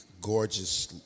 gorgeous